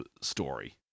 story